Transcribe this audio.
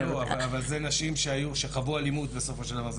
אלה נשים שחוו אלימות בסופו של דבר,